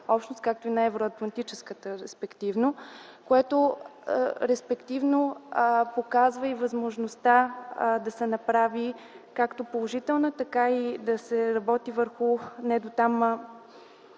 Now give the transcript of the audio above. общност, както и в рамките на Евроатлантическата общност, което респективно показва и възможността да се направи както положителна, така и да се работи върху недотам